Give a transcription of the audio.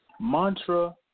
Mantra